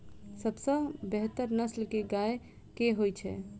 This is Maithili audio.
सबसँ बेहतर नस्ल केँ गाय केँ होइ छै?